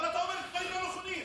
אבל אתה אומר דברים לא נכונים.